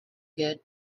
good